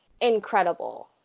incredible